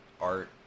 art